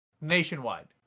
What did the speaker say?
Nationwide